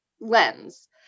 lens